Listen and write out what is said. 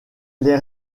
les